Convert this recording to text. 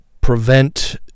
prevent